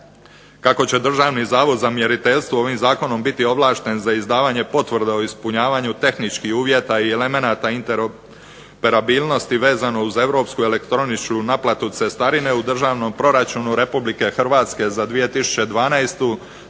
Kako će državni zavod za mjeriteljstvo ovim zakonom biti ovlašten za izdavanje potvrde o ispunjavanju tehničkih uvjeta i elemenata interoperabilnosti vezano uz europsku elektroničnu naplatu cestarine u Državnom proračunu Republike Hrvatske za 2012.